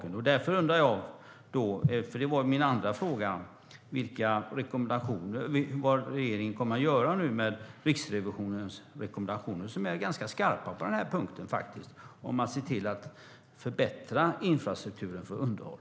Därför undrar jag, som var min andra fråga, vad regeringen nu kommer att göra med Riksrevisionens rekommendationer, som faktiskt är ganska skarpa på denna punkt, om att se till att förbättra infrastrukturen för underhåll.